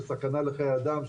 של סכנה לחיי אדם,